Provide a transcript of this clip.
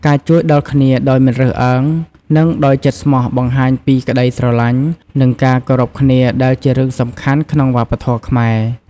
ការជួយដល់គ្នាដោយមិនរើសអើង និងដោយចិត្តស្មោះបង្ហាញពីក្តីស្រឡាញ់ និងការគោរពគ្នាដែលជារឿងសំខាន់ក្នុងវប្បធម៌ខ្មែរ។